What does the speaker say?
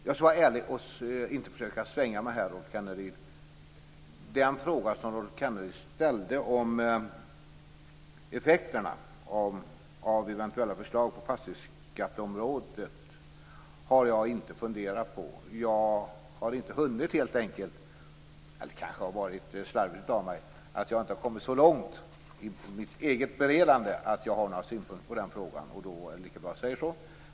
Jag skall vara ärlig och inte försöka att svänga mig här, Rolf Kenneryd. Den fråga som Rolf Kenneryd ställde om effekterna av eventuella förslag på fastighetsskatteområdet har jag inte funderat på. Jag har inte hunnit helt enkelt, eller det kanske har varit slarvigt av mig att jag inte har kommit så långt i mitt eget beredande att jag har några synpunkter i den frågan. Därför är det lika bra att jag säger som det är.